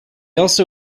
also